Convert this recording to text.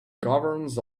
governs